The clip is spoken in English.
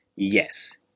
Yes